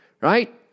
right